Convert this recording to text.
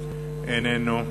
איננו.